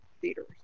theaters